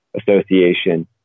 Association